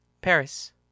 Paris